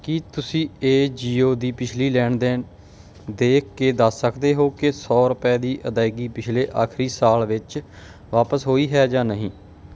ਕੀ ਤੁਸੀਂਂ ਏਜੀਓ ਦੀ ਪਿਛਲੀ ਲੈਣ ਦੇਣ ਦੇਖ ਕੇ ਦੱਸ ਸਕਦੇ ਹੋ ਕਿ ਸੌ ਰੁਪਏ ਦੀ ਅਦਾਇਗੀ ਪਿਛਲੇ ਆਖਰੀ ਸਾਲ ਵਿੱਚ ਵਾਪਸ ਹੋਈ ਹੈ ਜਾਂ ਨਹੀਂ